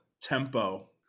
Tempo